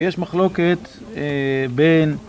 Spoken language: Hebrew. יש מחלוקת בין